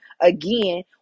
again